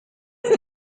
ist